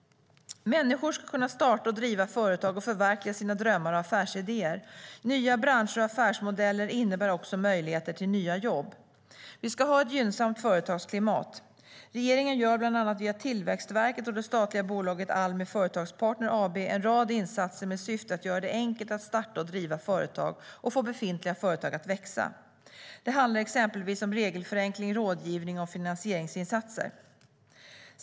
Människor ska kunna starta och driva företag och förverkliga sina drömmar och affärsidéer. Nya branscher och affärsmodeller innebär också möjligheter till nya jobb. Vi ska ha ett gynnsamt företagsklimat. Regeringen gör, bland annat via Tillväxtverket och det statliga bolaget Almi Företagspartner AB, en rad insatser med syfte att göra det enkelt att starta och driva företag och få befintliga företag att växa. Det handlar exempelvis om regelförenkling, rådgivning och finansieringsinsatser.